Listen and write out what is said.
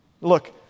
Look